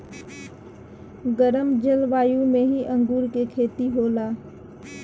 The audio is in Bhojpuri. गरम जलवायु में ही अंगूर के खेती होला